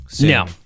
Now